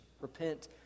Repent